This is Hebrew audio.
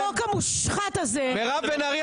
החוק המושחת הזה --- מירב בן ארי,